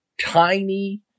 tiny